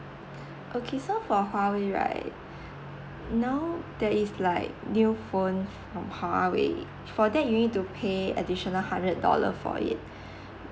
okay so huawei right now there is like new phone from huawei for that you need to pay additional hundred of dollar for it